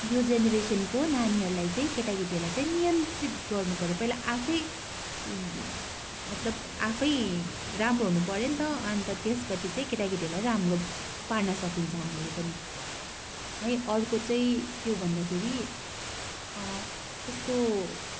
यो जेनेरेसनको नानीहरूलाई चाहिँ केटाकेटीहरूलाई चाहिँ नियन्त्रित गर्नुपऱ्यो पहिला आफै मतलब आफै राम्रो हुनुपऱ्यो नि त अन्त त्यसपछि चाहिँ केटाकेटीहरूलाई राम्रो पार्न सकिन्छ हामीले पनि है अर्को चाहिँ के हो भन्दाखेरि त्यस्तो